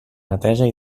neteja